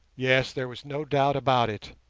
yes, there was no doubt about it.